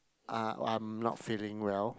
uh I'm not feeling well